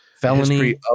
felony